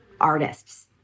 artists